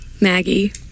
Maggie